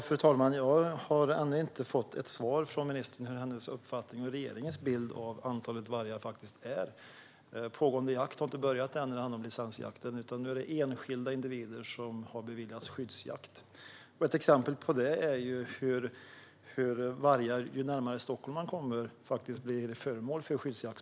Fru talman! Jag har ännu inte fått svar från ministern om vilken hennes och regeringens bild av antalet vargar är. Licensjakten har ännu inte början, utan det är enskilda individer som har beviljats skyddsjakt. Ju närmare Stockholm man kommer, desto fler vargar blir föremål för beslut om skyddsjakt.